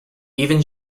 even